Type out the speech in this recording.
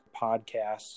podcasts